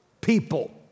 people